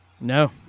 No